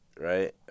right